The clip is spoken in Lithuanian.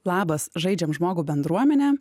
labas žaidžiame žmogų bendruomene